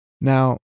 Now